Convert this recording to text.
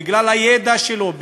בגלל הידע שלו,